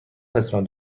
قسمت